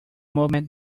movement